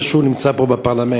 זה שהוא נמצא פה בפרלמנט